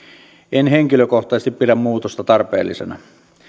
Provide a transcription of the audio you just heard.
en henkilökohtaisesti pidä muutosta tarpeellisena